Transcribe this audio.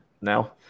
now